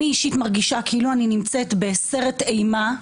אני אישית מרגישה כאילו אני נמצאת בסרט אימה,